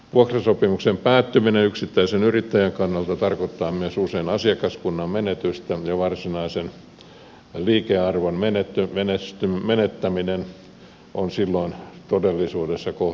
vuokrasopimuksen päättyminen yksittäisen yrittäjän kannalta tarkoittaa myös usein asiakaskunnan menetystä ja varsinaisen liikearvon menettäminen on silloin todellisuudessa kohdannut häntä